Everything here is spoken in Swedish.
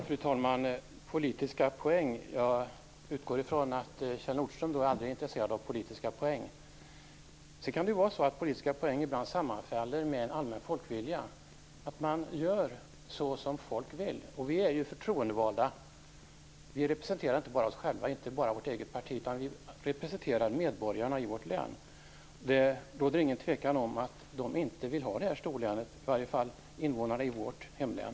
Fru talman! Jag utgår ifrån att Kjell Nordström aldrig är intresserad av politiska poäng. Politiska poäng kan ibland sammanfalla med allmän folkvilja. Man gör så som folk vill. Vi är förtroendevalda. Vi representerar inte bara oss själva - inte bara vårt eget parti - utan vi representerar medborgarna i vårt län. Det råder ingen tvekan om att de inte vill ha detta storlän. Det vill i varje fall inte invånarna i vårt hemlän.